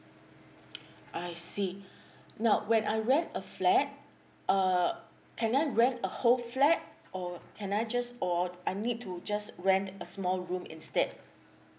I see now when I rent a flat uh can I rent a whole flat or can I just or I need to just rent a small room instead